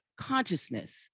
consciousness